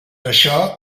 això